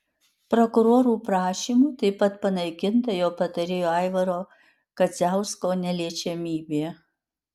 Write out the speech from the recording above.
prokurorų prašymu taip pat panaikinta jo patarėjo aivaro kadziausko neliečiamybė